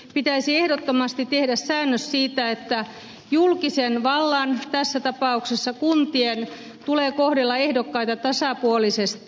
pitäisi ehdottomasti tehdä säännös siitä että julkisen vallan tässä tapauksessa kuntien tulee kohdella ehdokkaita tasapuolisesti